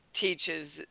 teaches